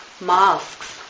masks